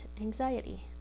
anxiety